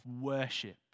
worship